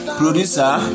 producer